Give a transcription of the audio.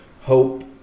hope